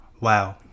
Wow